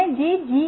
અમે જે જી